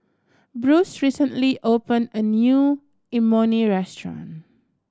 Bruce recently opened a new Imoni restaurant